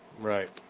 Right